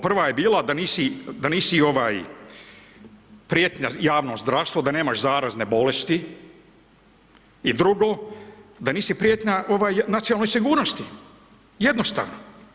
Prva je bila da nisi prijetnja javnom zdravstvo, da nemaš zarazne bolesti i drugo da nisi prijetnja nacionalnoj sigurnosti, jednostavno.